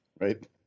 Right